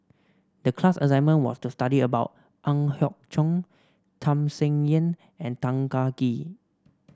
the class assignment was to study about Ang Hiong Chiok Tham Sien Yen and Tan Kah Kee